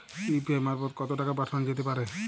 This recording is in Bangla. ইউ.পি.আই মারফত কত টাকা পাঠানো যেতে পারে?